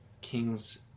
kings